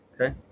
Okay